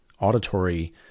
auditory